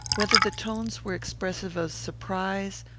whether the tones were expressive of surprise,